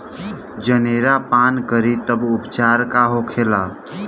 जनेरा पान करी तब उपचार का होखेला?